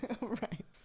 Right